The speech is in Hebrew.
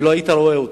ולא היית רואה אותו.